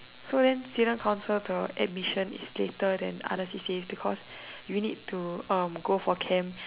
so then student council to admission is later than other C_C_A because you need to um go for camp